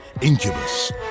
Incubus